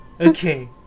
okay